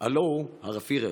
הלוא הוא הרב פירר.